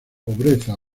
pobreza